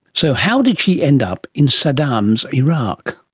so how did she end up in saddam's iraq?